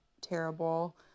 terrible